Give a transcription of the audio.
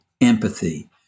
empathy